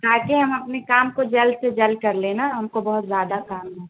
تاکہ ہم اپنی کام کو جلد سے جلد کر لینا ہم کو بہت زیادہ کام ہے